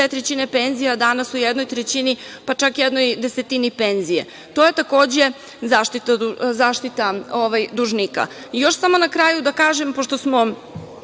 trećine penzija a danas o jednoj trećini, pa čak jednoj desetini penzije, to je takođe zaštita dužnika. Na kraju, samo da kažem, pošto smo